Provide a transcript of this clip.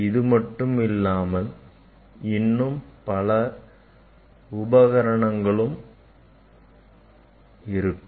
இது மட்டுமில்லாமல் இன்னும் பல உபகரணங்களும் இருக்கும்